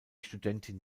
studentin